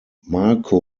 marco